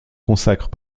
consacrent